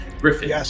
griffin